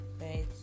right